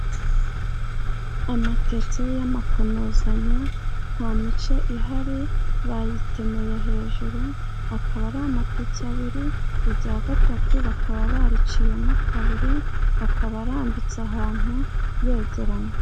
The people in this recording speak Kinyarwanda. Amateke y'amakonozanyo, nta mice ihari bayitemeye hejuru, akaba ari amateke abiri, irya gatatu bakaba bariciyemo kabiri, akaba arambitse ahantu yegeranye.